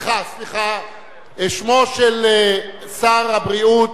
שמו של שר הבריאות,